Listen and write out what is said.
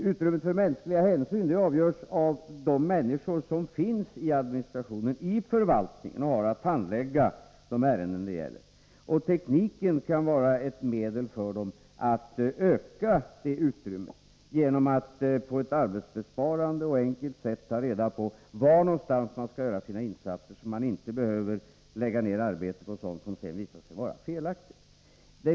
Utrymmet för mänskliga hänsyn avgörs av de människor i administrationen och i förvaltningen som har att handlägga de ärenden det gäller. Tekniken kan vara ett medel för dem att öka det utrymmet genom att de på ett arbetsbesparande och enkelt sätt kan ta reda på var de skall göra sina insatser, så att de inte behöver lägga ner arbete på sådant som sedan visar sig vara felaktigt.